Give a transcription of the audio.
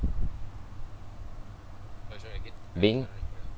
being